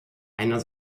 einer